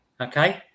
okay